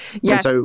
Yes